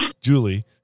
Julie